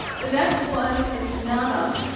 the next one is nana